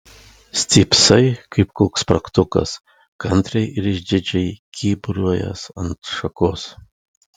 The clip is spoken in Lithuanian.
stypsai kaip koks spragtukas kantriai ir išdidžiai kyburiuojąs ant šakos